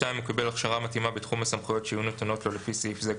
(2)הוא קיבל הכשרה מתאימה בתחום הסמכויות שיהיו נתונות לו לפי סעיף זה,